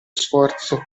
sforzo